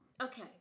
okay